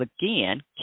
again